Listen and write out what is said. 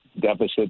deficit